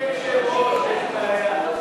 שאין לכך מתנגדים,